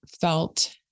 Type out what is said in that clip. felt